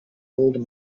old